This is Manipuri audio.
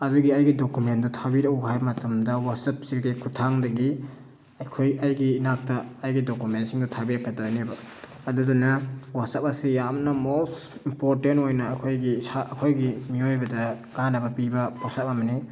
ꯑꯗꯨꯒꯤ ꯑꯩꯒꯤ ꯗꯣꯀꯨꯃꯦꯟꯇꯨ ꯊꯥꯕꯤꯔꯛꯎ ꯍꯥꯏ ꯃꯇꯝꯗ ꯋꯥꯆꯞꯁꯤ ꯈꯨꯊꯥꯡꯗꯒꯤ ꯑꯩꯈꯣꯏ ꯑꯩꯒꯤ ꯏꯅꯥꯛꯇ ꯑꯩꯒꯤ ꯗꯣꯀꯨꯃꯦꯟꯁꯤꯡꯗꯨ ꯊꯥꯕꯤꯔꯛꯀꯗꯣꯏꯅꯦꯕ ꯑꯗꯨꯗꯨꯅ ꯋꯥꯆꯞ ꯑꯁꯤ ꯌꯥꯝꯅ ꯃꯣꯁ ꯏꯝꯄꯣꯔꯇꯦꯟ ꯑꯣꯏꯅ ꯑꯩꯈꯣꯏꯒꯤ ꯏꯁꯥ ꯑꯩꯈꯣꯏꯒꯤ ꯃꯤꯑꯣꯏꯕꯗ ꯀꯥꯅꯕ ꯄꯤꯕ ꯄꯣꯠꯁꯛ ꯑꯃꯅꯤ